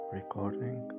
recording